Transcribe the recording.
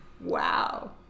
Wow